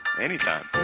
Anytime